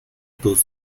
tus